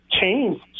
changed